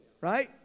Right